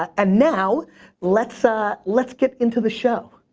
and now let's ah let's get into the show.